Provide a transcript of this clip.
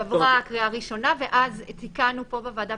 היא עברה קריאה ראשונה ואז תיקנו פה בוועדה,